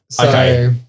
Okay